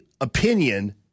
opinion